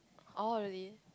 oh really